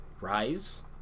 rise